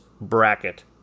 bracket